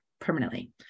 permanently